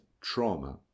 trauma